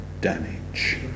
damage